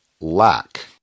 lack